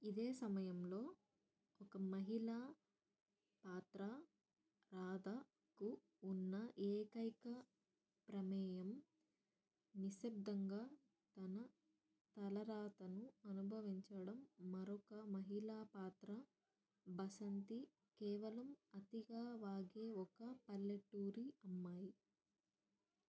ఇదే సమయంలో ఒక మహిళా పాత్ర రాధకు ఉన్న ఏకైక ప్రమేయం నిశ్శబ్దంగా తన తలరాతను అనుభవించడం మరొక మహిళా పాత్ర బసంతి కేవలం అతిగా వాగే ఒక పల్లెటూరి అమ్మాయి